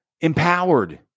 empowered